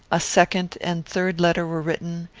a second and third letter were written,